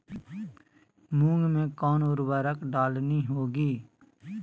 मूंग में कौन उर्वरक डालनी होगी?